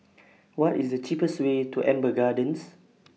What IS The cheapest Way to Amber Gardens